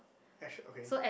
okay